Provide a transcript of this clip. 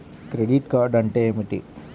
Credit card అంటే ఏమిటి?